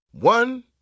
One